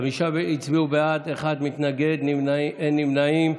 חמישה הצביעו בעד, אחד מתנגד, אין נמנעים.